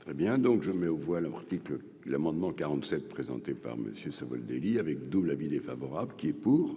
Très bien, donc je mets aux voix l'article l'amendement 47 présenté par Monsieur Savoldelli avec double avis défavorable qui est pour.